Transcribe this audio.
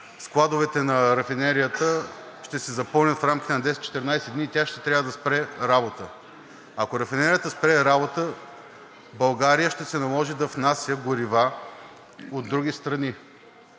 складовете на рафинерията ще се запълнят в рамките на 10 – 14 дни и тя ще трябва да спре работа. Ако рафинерията спре работа, България ще се наложи да внася горива от други страни.